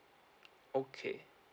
okay